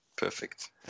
perfect